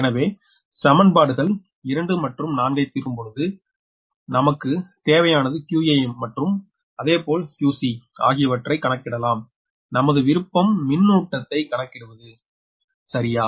எனவே சமன்பாடுகள் 2 மற்றும் 4 ஐ தீர்க்கும்பொழுது நமக்கு தேவையானது 𝑞𝑎 மற்றும் அதேபோல் 𝑞𝑐 அகையவற்றை கணக்கிடலாம் நமது விருப்பம் மின்னூட்டத்தை கணக்கிடுவது சரியா